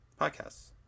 podcasts